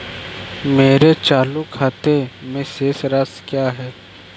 मेरे चालू खाते की शेष राशि क्या है?